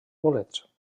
bolets